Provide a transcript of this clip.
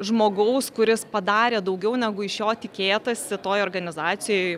žmogaus kuris padarė daugiau negu iš jo tikėtasi toj organizacijoj